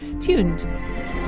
tuned